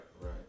right